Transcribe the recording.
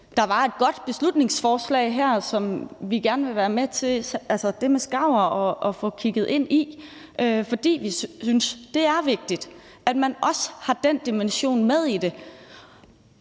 der var et godt beslutningsforslag her, som vi gerne vil være med til, nemlig at få kigget på det med skarver, fordi vi synes, at det er vigtigt, at man også har den dimension med i det.